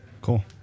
Cool